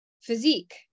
physique